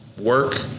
work